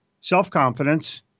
self-confidence